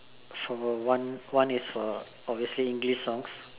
for one one is for obviously English songs